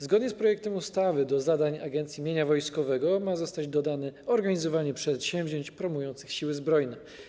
Zgodnie z projektem ustawy do zadań Agencji Mienia Wojskowego ma zostać dodane organizowanie przedsięwzięć promujących Siły Zbrojne.